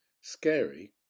Scary